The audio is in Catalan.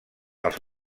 els